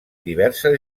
diverses